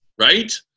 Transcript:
right